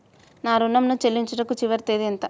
నా ఋణం ను చెల్లించుటకు చివరి తేదీ ఎంత?